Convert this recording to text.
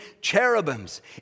cherubims